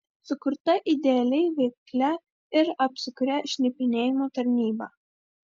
sukurta idealiai veiklia ir apsukria šnipinėjimo tarnyba